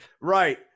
right